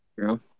Girl